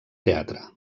teatre